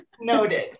Noted